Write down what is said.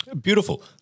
Beautiful